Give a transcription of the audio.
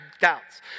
doubts